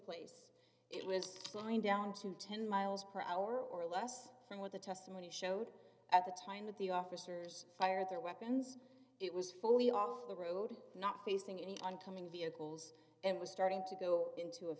place it was just fine down to ten miles per hour or less from what the testimony showed at the time that the officers fired their weapons it was fully off the road not facing any on coming vehicles and was starting to go into a